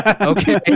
okay